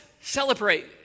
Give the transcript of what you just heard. celebrate